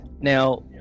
Now